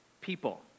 people